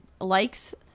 likes